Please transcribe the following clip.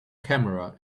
camera